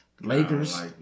Lakers